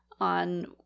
on